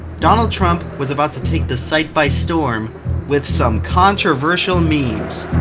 donald trump was about to take the site by storm with some controversial memes.